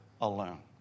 alone